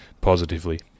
positively